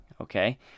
okay